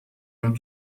اون